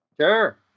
Sure